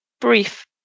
brief